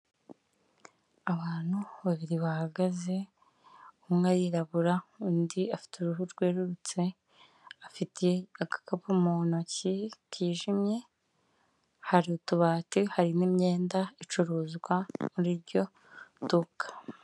Abantu babiri bahagaze umwe arirabura undi afite uruhu rwerurutse afite agakapu mu ntoki kijimye, hari utubati hari n'imyenda icuruzwa muri iryo duka.